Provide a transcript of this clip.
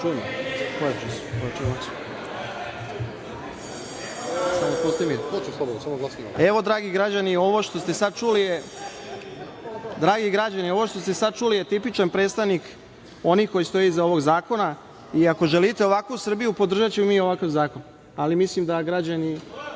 Dragi građani, ovo što ste sada čuli je tipičan predstavnik onih koji stoje iza ovog zakona. Ako želite ovakvu Srbiju, podržaćemo i mi ovakav zakon. Ali mislim da građani